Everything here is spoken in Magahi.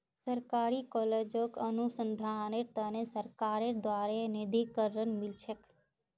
सरकारी कॉलेजक अनुसंधानेर त न सरकारेर द्बारे निधीकरण मिल छेक